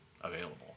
available